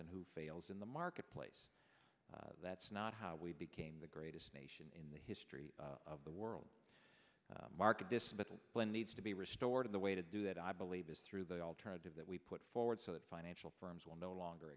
and who fails in the marketplace that's not how we became the greatest nation in the history of the world market this but when needs to be restored in the way to do that i believe is through the alternative that we put forward so that financial firms will no longer